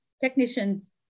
technicians